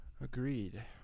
agreed